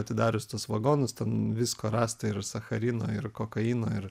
atidarius tuos vagonus ten visko rasta ir sacharino ir kokaino ir